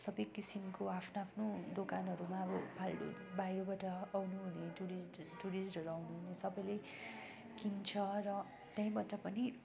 सबै किसिमको आफ्नो आफ्नो दोकानहरूमा अब फाल्तु बाहिरबाट आउनु हुने टुरिस्ट टुरिस्टहरू आउनु हुने सबैले किन्छ र त्यहीँबाट पनि